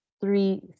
three